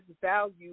value